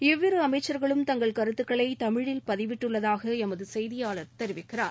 இவ்விரு அமைச்சர்களும் தங்கள் கருத்துக்களை தமிழில் பதிவிட்டுள்ளதாக எமது செய்தியாளர் தெரிவிக்கிறார்